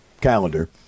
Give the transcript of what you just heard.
calendar